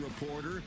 reporter